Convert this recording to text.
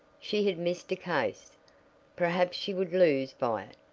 she had missed a case perhaps she would lose by it,